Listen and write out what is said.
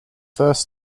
first